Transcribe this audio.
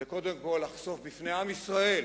זה קודם כול לחשוף בפני עם ישראל,